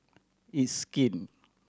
It's Skin